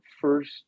first